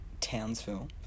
Townsville